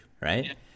right